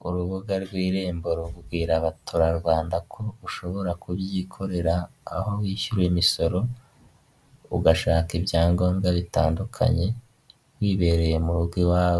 Ku mihanda migari aho umuntu yambukira haba hari uturongo tw'umweru dutambitse. Umugenzi iyo agiye kwambuka arabanza akareba neza ko nta kinyabiziga kiri hafi kiri kwambukiranya umuhanda bityo akambuka. Ikinyabiziga nacyo iyo kigeze kuri iyi mirongo kigabanya